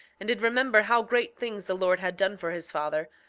and did remember how great things the lord had done for his father,